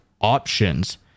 options